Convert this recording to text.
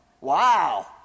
Wow